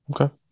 Okay